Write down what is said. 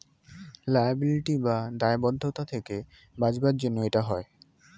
liability বা দায়বদ্ধতা থেকে বাঁচাবার জন্য এটা হয়